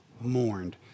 mourned